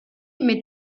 mit